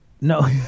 no